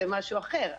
זה משהו אחר,